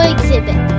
Exhibit